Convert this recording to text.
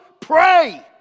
Pray